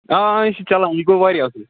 آ آ یہِ چھُ چَلان یہِ گوٚو واریاہ اَصٕل